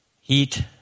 heat